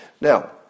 Now